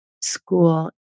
school